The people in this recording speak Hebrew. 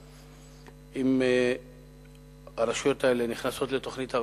אם הרשויות האלה נכנסות לתוכנית הבראה,